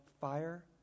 fire